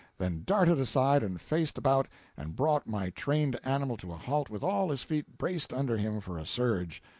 then darted aside and faced about and brought my trained animal to a halt with all his feet braced under him for a surge.